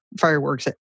fireworks